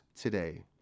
today